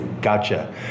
Gotcha